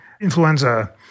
influenza